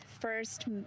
First